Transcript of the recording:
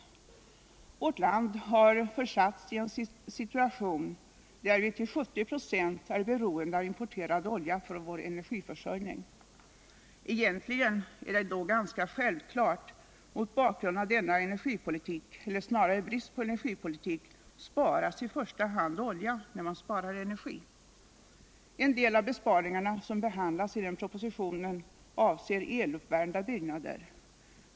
Vårt land har försatts i en situation där vi till 70 vå är beroende av importerad olja för vår energiförsörjning. Egentligen är det ganska självklart att mot bakgrund av denna energipolitik — eller snarare brist på energipolitik — sparas i första hand olja när man sparar energi. En del av besparingarna som behandlas i den här propositionen avser eluppvärmda byggnader.